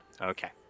Okay